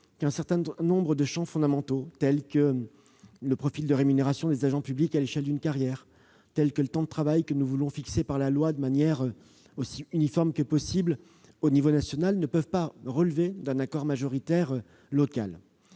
certain nombre de champs fondamentaux, comme le profil de rémunération des agents publics à l'échelle d'une carrière ou le temps de travail que nous voulons fixer par la loi de manière aussi uniforme que possible à l'échelon national, ne peuvent pas relever d'un accord majoritaire local.